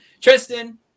Tristan